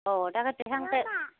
অঁ তেনেকৈ